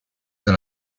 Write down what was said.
dans